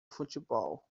futebol